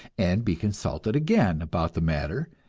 and be consulted again about the matter,